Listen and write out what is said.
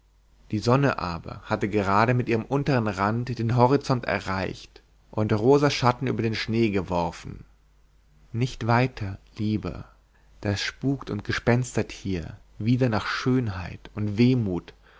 die sonne aber hatte gerade mit ihrem unteren rand den horizont erreicht und rosa schatten über den schnee geworfen nicht weiter lieber das spukt und gespenstert hier wieder nach schönheit und wehmut